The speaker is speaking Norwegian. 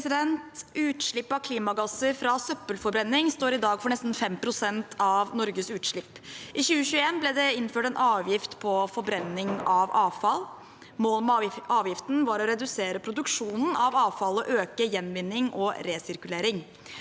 Utslipp av klimagasser fra søppelforbrenning står i dag for nesten 5 pst. av Norges utslipp. I 2021 ble det innført en avgift på forbrenning av avfall. Målet med avgiften var å redusere produksjonen av avfall og øke gjenvinning og resirkulering.